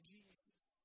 Jesus